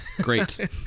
Great